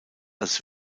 als